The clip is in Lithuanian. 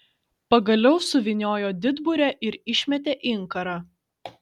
pagaliau suvyniojo didburę ir išmetė inkarą